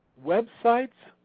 websites,